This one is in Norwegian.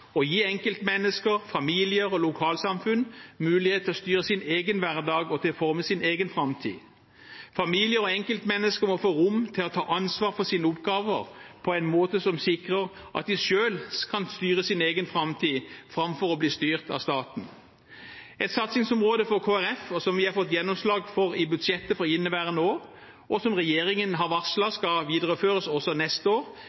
gi enkeltmennesker, familier og lokalsamfunn mulighet til å styre sin egen hverdag og til å forme sin egen framtid. Familier og enkeltmennesker må få rom til å ta ansvar for sine oppgaver på en måte som sikrer at de selv kan styre sin egen framtid – framfor å bli styrt av staten. Et satsingsområde for Kristelig Folkeparti, som vi har fått gjennomslag for i budsjettet for inneværende år, og som regjeringen har varslet skal videreføres også neste år,